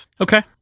Okay